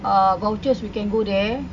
uh vouchers we can go there